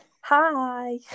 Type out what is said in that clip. Hi